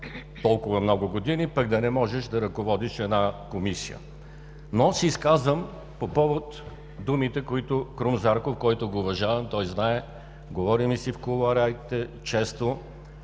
толкова много години, пък да не можеш да ръководиш една комисия. Но аз се изказвам по повод думите, които Крум Зарков каза, когото уважавам, той знае, говорим си в кулоарите често,